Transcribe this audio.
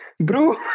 bro